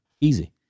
Easy